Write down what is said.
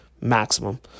maximum